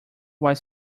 was